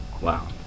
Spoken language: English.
wow